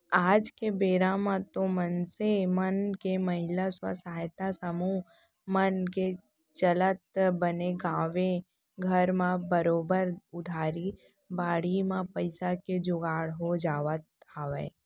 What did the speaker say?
आज के बेरा म तो मनसे मन के महिला स्व सहायता समूह मन के चलत बने गाँवे घर म बरोबर उधारी बाड़ही म पइसा के जुगाड़ हो जावत हवय